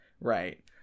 right